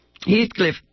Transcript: Heathcliff